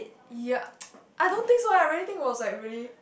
ya I don't think so eh I really think it was like really